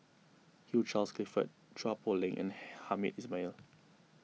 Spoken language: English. Hugh Charles Clifford Chua Poh Leng and Hamed Ismail